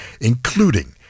including